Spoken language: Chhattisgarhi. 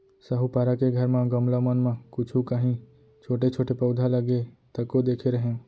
साहूपारा के घर म गमला मन म कुछु कॉंहीछोटे छोटे पउधा लगे तको देखे रेहेंव